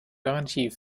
garantie